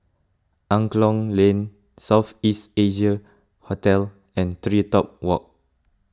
Angklong Lane South East Asia Hotel and TreeTop Walk